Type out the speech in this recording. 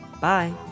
Bye